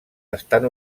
estan